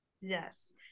Yes